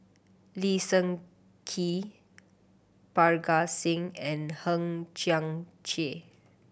Lee Seng Tee Parga Singh and Hang Chang Chieh